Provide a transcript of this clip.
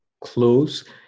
close